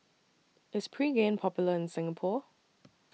IS Pregain Popular in Singapore